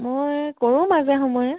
মই কৰোঁ মাজে সময়ে